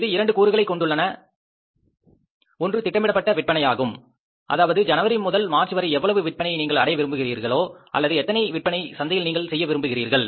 இது 2 கூறுகளைக் கொண்டுள்ளன ஒன்று திட்டமிடப்பட்ட விற்பனையாகும் அதாவது ஜனவரி முதல் மார்ச் வரை எவ்வளவு விற்பனையை நீங்கள் அடைய விரும்புகிறீர்கள் அல்லது எத்தனை விற்பனையை சந்தையில் நீங்கள் செய்ய விரும்புகிறீர்கள்